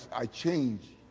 i changed.